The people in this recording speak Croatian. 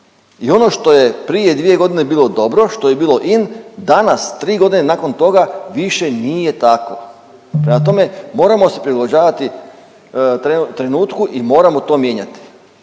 i ono što je prije dvije godine bilo dobro, što je bilo in, danas tri godine nakon toga više nije tako. Prema tome moramo se prilagođavati trenutku i moramo to mijenjati.